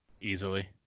easily